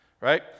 right